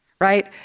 right